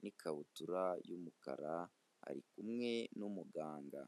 n'ikabutura y'umukara, ari kumwe n'umuganga.